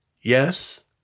Yes